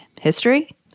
history